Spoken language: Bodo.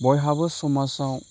बयहाबो समाजाव